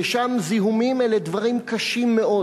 ששם זיהומים אלה דברים קשים מאוד.